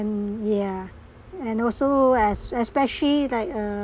and yeah and also es~ especially like uh